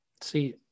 see